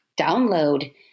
download